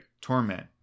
torment